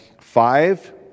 five